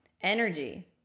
energy